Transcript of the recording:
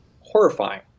horrifying